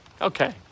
Okay